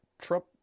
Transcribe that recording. Trump